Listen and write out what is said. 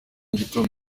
gitondo